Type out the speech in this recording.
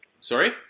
Sorry